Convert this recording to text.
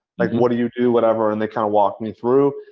like what do you do? whatever, and they kind of walked me through.